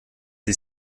des